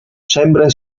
sembra